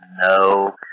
no